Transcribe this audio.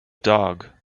dog